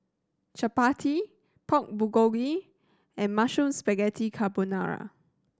Chapati Pork Bulgogi and Mushroom Spaghetti Carbonara